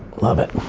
love it.